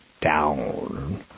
down